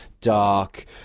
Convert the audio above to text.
dark